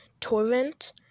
Torrent